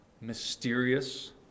mysterious